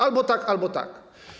Albo tak, albo tak.